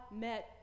met